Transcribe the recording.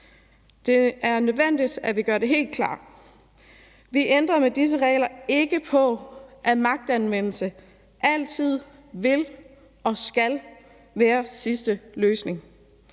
Det er nødvendigt, at vi gør det helt klart: Vi ændrer med disse regler ikke på, at magtanvendelse altid vil og skal være sidste løsning.